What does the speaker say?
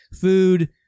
food